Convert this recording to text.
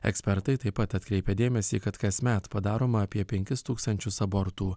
ekspertai taip pat atkreipia dėmesį kad kasmet padaroma apie penkis tūkstančius abortų